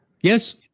Yes